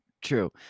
True